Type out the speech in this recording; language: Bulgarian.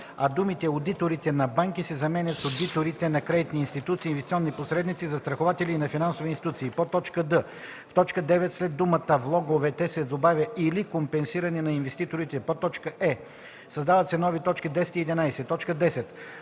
а думите „одиторите на банки” се заменят с „одиторите на кредитни институции, инвестиционни посредници, застрахователи и на финансови институции”; д) в т. 9 след думата „влоговете” се добавя „или компенсиране на инвеститорите”; е) създават се нови т. 10 и 11: „10.